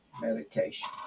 medication